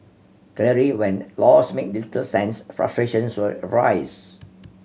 clearly when laws make little sense frustrations will arise